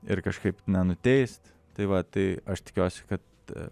ir kažkaip nenuteist tai va tai aš tikiuosi kad